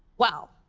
well,